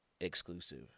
exclusive